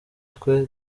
twe